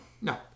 No